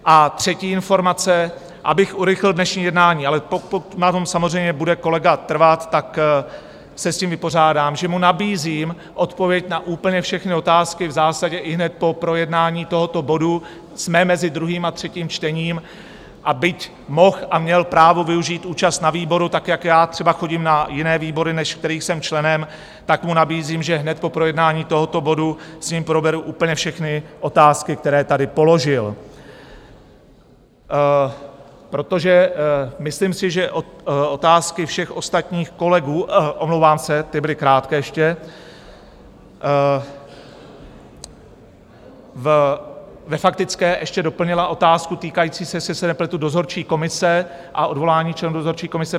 A třetí informace, abych urychlil dnešní jednání ale pokud na tom samozřejmě bude kolega trvat, tak se s tím vypořádám, že mu nabízím odpověď na úplně všechny otázky v zásadě ihned po projednání tohoto bodu, jsme mezi druhým a třetím čtením, a byť mohl a měl právo využít účast na výboru tak, jak já třeba chodím na jiné výbory, než kterých jsem členem, tak mu nabízím, že hned po projednání tohoto bodu s ním proberu úplně všechny otázky, které tady položil protože myslím si, že otázky všech ostatních kolegů, omlouvám se, ty byly krátké ještě, ve faktické ještě doplnila otázku týkající se, jestli se nepletu, dozorčí komise a odvolání členů dozorčí komise...